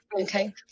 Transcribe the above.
okay